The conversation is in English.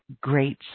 great